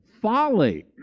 folly